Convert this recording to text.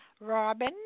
Robin